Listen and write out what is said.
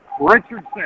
Richardson